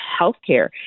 healthcare